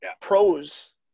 Pros